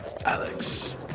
Alex